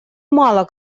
мало